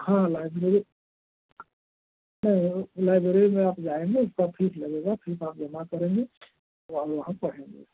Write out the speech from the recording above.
हाँ लाइब्रेरी नहीं लाइब्रेरी में आप जाएँगे उसका फीस लगेगा फीस आप जमा करेंगे तो आप वहाँ पढ़ेंगे